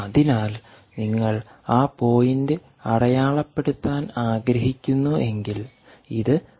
അതിനാൽ നിങ്ങൾ ആ പോയിന്റ് അടയാളപ്പെടുത്താൻ ആഗ്രഹിക്കുന്നുവെങ്കിൽ ഇത് 0